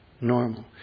Normal